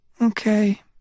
Okay